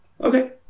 Okay